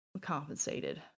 compensated